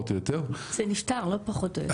זה נפתר, לא פחות או יותר.